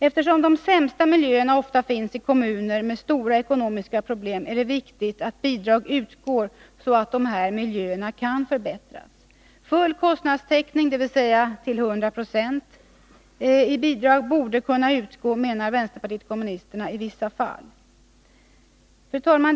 Eftersom de sämsta miljöerna ofta finns i kommuner med stora ekonomiska problem är det viktigt att bidrag utgår så att dessa miljöer kan förbättras. Full kostnadstäckning, dvs. 100 20 bidrag, borde kunna utgå i vissa fall, menar vpk. Fru talman!